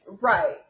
right